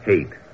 hate